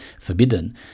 forbidden